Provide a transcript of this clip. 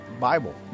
Bible